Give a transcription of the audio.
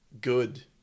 good